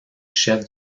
chef